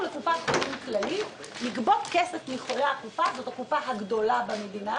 לקופת חולים כללית לגבות כסף מחולי הקופה זו הקופה הגדולה במדינה,